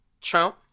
Trump